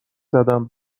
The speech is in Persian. زدم